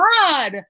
god